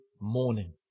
morning